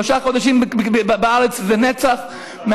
שלושה חודשים בארץ זה נצח,